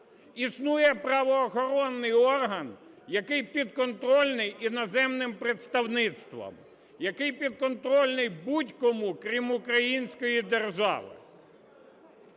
існує правоохоронний орган, який підконтрольний іноземним представництвам, який підконтрольний будь-кому, крім української держави.